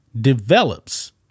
develops